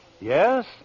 Yes